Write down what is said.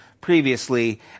previously